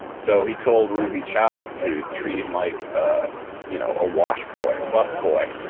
so, he told ruby chow to treat him like ah you know a wash boy, a busboy.